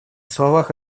словах